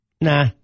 Nah